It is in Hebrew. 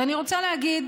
ואני רוצה להגיד